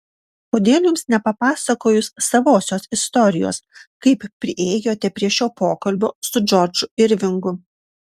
kodėl jums nepapasakojus savosios istorijos kaip priėjote prie šio pokalbio su džordžu irvingu